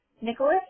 Nicholas